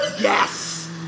Yes